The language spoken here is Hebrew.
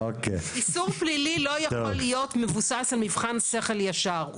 איסור פלילי לא יכול להיות מבוסס על מבחן שכל ישר.